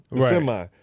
semi